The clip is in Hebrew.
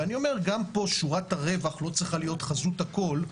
גם פה שורת הרווח לא צריכה להיות חזות הכול,